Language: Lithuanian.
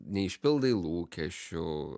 neišpildai lūkesčių